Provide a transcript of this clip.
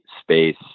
space